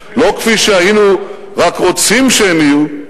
לא כפי שהיינו רק רוצים שהם יהיו,